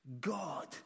God